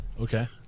Okay